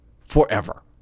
forever